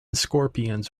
scorpions